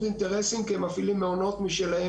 אינטרסים כי היא מפעילה מעונות משלה.